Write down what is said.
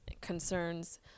concerns